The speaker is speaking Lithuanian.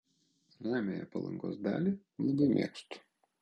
ramiąją palangos dalį labai mėgstu